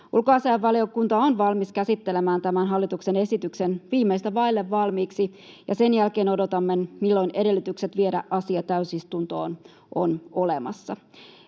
Ulkoasiainvaliokunta on valmis käsittelemään tämän hallituksen esityksen viimeistä vaille valmiiksi, ja sen jälkeen odotamme, milloin edellytykset viedä asia täysistuntoon ovat olemassa.